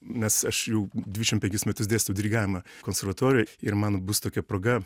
nes aš jau dvidešim penkis metus dėstau dirigavimą konservatorijoj ir man bus tokia proga